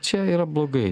čia yra blogai